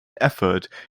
effort